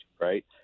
right